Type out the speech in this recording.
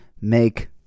make